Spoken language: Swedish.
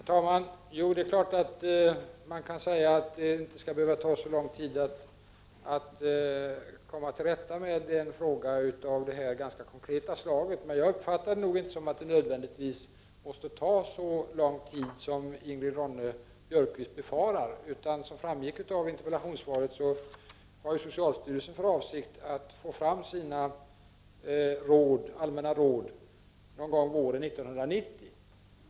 Herr talman! Det är klart att man kan säga att det inte skall behöva ta så lång tid att komma till rätta med en fråga av det här ganska konkreta slaget, men jag har inte uppfattat det hela som att det nödvändigtvis måste ta så lång tid som Ingrid Ronne-Björkqvist befarar. Som framgick av svaret har ju socialstyrelsen för avsikt att få fram sina Allmänna råd någon gång våren 1990.